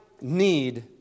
need